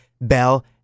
Bell